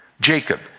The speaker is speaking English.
Jacob